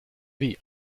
wie